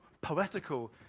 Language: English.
poetical